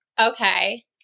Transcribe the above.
Okay